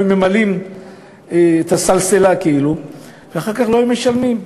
היו ממלאים את הסלסלה כאילו ואחר כך לא היו משלמים.